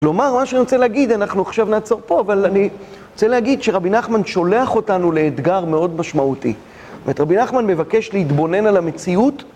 כלומר, מה שאני רוצה להגיד, אנחנו עכשיו נעצור פה, אבל אני רוצה להגיד שרבי נחמן שולח אותנו לאתגר מאוד משמעותי. זאת אומרת, רבי נחמן מבקש להתבונן על המציאות.